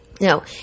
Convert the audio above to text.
No